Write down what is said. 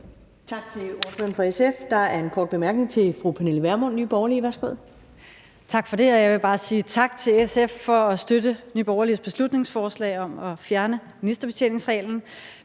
Tak til ordføreren fra SF. Der er en kort bemærkning til fru Pernille Vermund, Nye Borgerlige. Værsgo. Kl. 17:14 Pernille Vermund (NB): Tak for det, og jeg vil bare sige tak til SF for at støtte Nye Borgerliges beslutningsforslag om at fjerne ministerbetjeningsreglen.